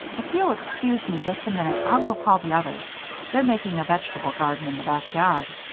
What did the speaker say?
if you'll excuse me just a minute i'll go call the others they're making a vegetable garden in the back yard.